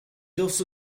also